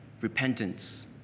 repentance